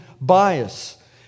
bias